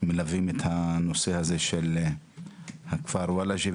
מלווים את הנושא הזה של הכפר וולאג'ה,